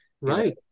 Right